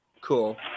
cool